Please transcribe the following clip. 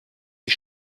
sie